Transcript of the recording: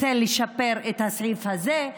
רוצה לשפר את הסעיף הזה.